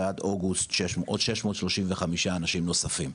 ועד אוגוסט עוד כ-635 אנשים נוספים.